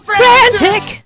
frantic